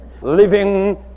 Living